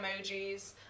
emojis